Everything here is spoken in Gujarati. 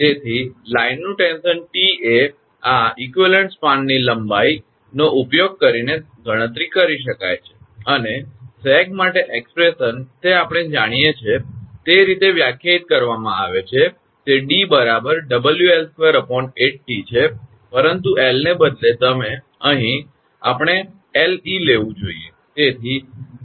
તેથી લાઇનનું ટેન્શન 𝑇 એ આ સમકક્ષ સ્પાનની લંબાઈનો ઉપયોગ કરીને ગણતરી કરી શકાય છે અને સેગ માટે એક્સપ્રેશન તે આપણે જાણીએ છીએ તે રીતે વ્યાખ્યાયિત કરવામાં આવે છે તે 𝑑 𝑊𝐿2 8𝑇 છે પરંતુ 𝐿 ને બદલે અહીં આપણે 𝐿𝑒 લેવું જોઈએ